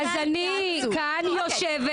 אז אני כאן יושבת,